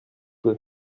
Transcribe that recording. peu